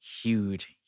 Huge